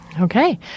Okay